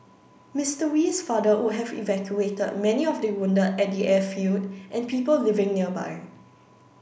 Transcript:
Mr Wee's father would have evacuated many of the wounded at the airfield and people living nearby